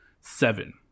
seven